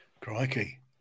Crikey